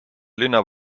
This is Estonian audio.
linna